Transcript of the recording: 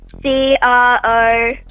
C-R-O